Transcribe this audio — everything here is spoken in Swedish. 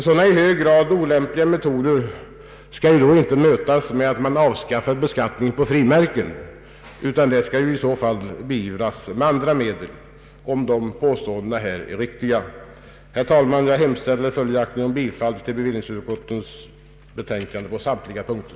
Sådana i hög grad olämpliga metoder skall inte mötas med att man avskaffar beskattningen på frimärken, utan i så fall beivras med andra medel, om dessa påståenden är riktiga. Herr talman! Jag hemställer följaktligen om bifall till bevillningsutskottets betänkande på samtliga punkter.